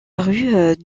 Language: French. rue